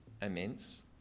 immense